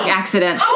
accident